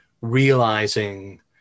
realizing